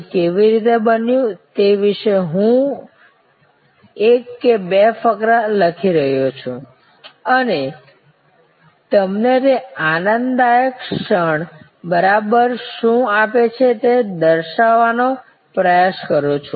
તે કેવી રીતે બન્યું તે વિશે હું એક કે બે ફકરા લખી રહ્યો છું અને તમને તે આનંદકારક ક્ષણ બરાબર શું આપે છે તે દર્શાવવાનો પ્રયાસ કરું છું